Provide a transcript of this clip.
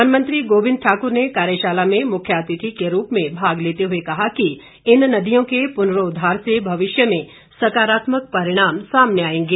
one मंत्री गोविंद ठाकुर ने कार्यशाला में मुख्य अतिथि के रूप में भाग लेते हुए कहा कि इन नदियों के पुनर्उद्वार से भविष्य में सकारात्मक परिणाम सामने आएंगे